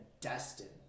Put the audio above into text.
destined